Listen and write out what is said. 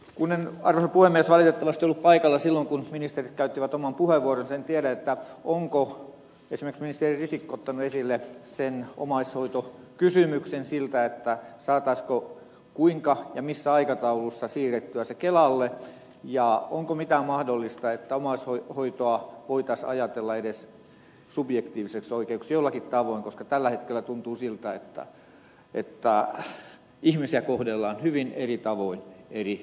kun en arvoisa puhemies valitettavasti ollut paikalla silloin kun ministerit käyttivät oman puheenvuoronsa en tiedä onko esimerkiksi ministeri risikko ottanut esille sen omaishoitokysymyksen siltä osin saataisiinko kuinka ja missä aikataulussa siirrettyä se kelalle ja onko mitenkään mahdollista että omaishoitoa voitaisiin ajatella edes subjektiiviseksi oikeudeksi jollakin tavoin koska tällä hetkellä tuntuu siltä että ihmisiä kohdellaan hyvin eri tavoin eri kunnissa